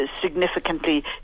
significantly